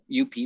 UP